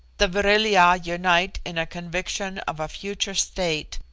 the vril-ya unite in a conviction of a future state,